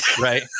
Right